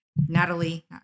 Natalie